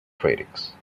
critics